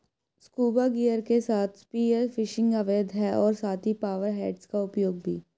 scuba gear के साथ spear fishing अवैध है और साथ ही पावर हेड्स का उपयोग भी